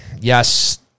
yes